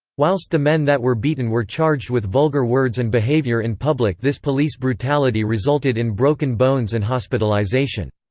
whilst the men that were beaten were charged with vulgar words and behavior in public this police brutality resulted in broken bones and hospitalisation.